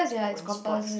own sports